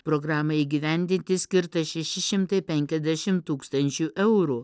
programai įgyvendinti skirta šeši šimtai penkiasdešim tūkstančių eurų